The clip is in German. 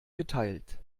geteilt